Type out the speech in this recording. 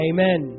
Amen